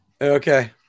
Okay